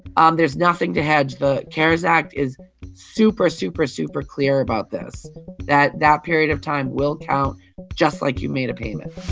um there's nothing to hedge. the cares act is super, super, super clear about this that that period of time will count just like you made a payment